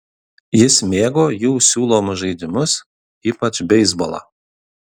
jis mėgo jų siūlomus žaidimus ypač beisbolą